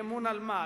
אי-אמון על מה?